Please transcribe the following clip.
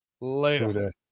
Later